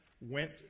went